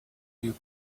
you